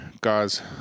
guys